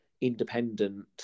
independent